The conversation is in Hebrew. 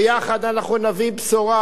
ויחד אנחנו נביא בשורה,